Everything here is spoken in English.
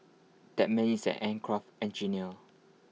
that man is aircraft engineer